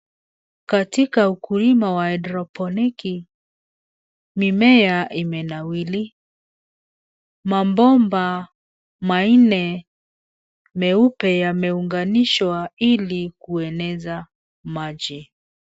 Katika ukulima wa haidroponiki , mimea imenawiri. Mabomba manne meupe yameunganishwa ili kueneza maji.